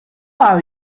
are